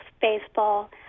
baseball